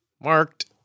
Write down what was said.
marked